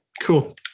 cool